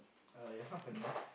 uh your company